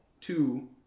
two